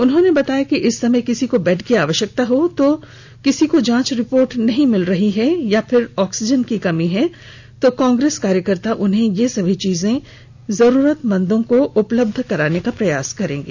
उन्होंने बताया कि इस समय किसी को बेड की आवश्यकता है तो किसी को जांच रिपोर्ट नहीं मिल रही है या फिर ऑक्सीजन की कमी है कांग्रेस कार्यकर्ता उन्हें ये सभी चीजें जरूरतमंदों को उपलब्ध कराएंगे